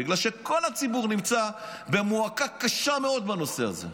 בגלל שכל הציבור נמצא במועקה קשה מאוד בנושא הזה.